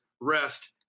rest